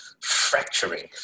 fracturing